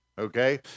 okay